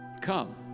come